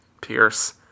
Pierce